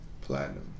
platinum